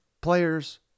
players